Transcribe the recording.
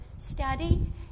Study